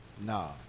No